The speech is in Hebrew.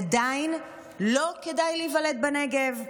עדיין לא כדאי להיוולד בנגב.